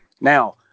now